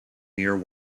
near